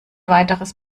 weiteres